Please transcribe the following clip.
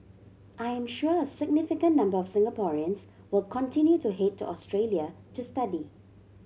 I am sure a significant number of Singaporeans will continue to head to Australia to study